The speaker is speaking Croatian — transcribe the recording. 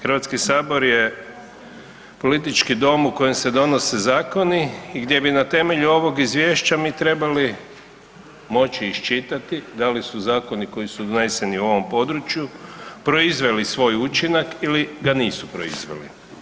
Hrvatski sabor je politički dom u kojem se donose zakoni i gdje bi na temelju ovog izvješća mi trebali moći iščitati da li su zakoni koji su doneseni u ovom području proizveli svoj učinak ili ga nisu proizveli.